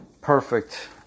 perfect